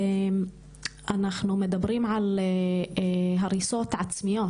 אנחנו מדברים גם על הריסות עצמיות.